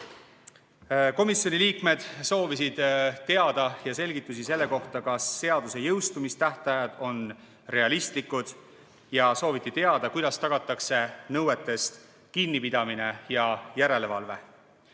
Komisjoni liikmed soovisid teada ja saada selgitusi selle kohta, kas seaduse jõustumistähtajad on realistlikud. Sooviti ka teada, kuidas tagatakse nõuetest kinnipidamine ja järelevalve.